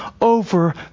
over